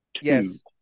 Yes